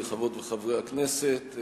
חברות וחברי הכנסת,